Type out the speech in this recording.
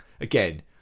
Again